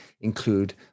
include